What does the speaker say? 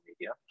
media